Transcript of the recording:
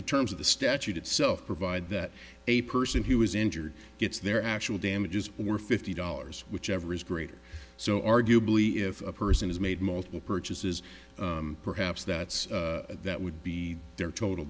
the terms of the statute itself provide that a person who is injured gets their actual damages for fifty dollars whichever is greater so arguably if a person has made multiple purchases perhaps that's that would be their total